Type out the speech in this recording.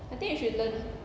I think you should learn